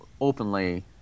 openly